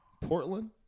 Portland